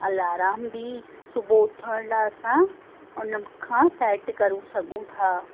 alarm बि सुबुह उथण लाइ असां उन खां सैट करू सघूं था